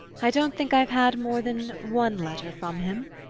i don't think i've had more than one letter from him.